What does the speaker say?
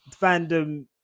fandom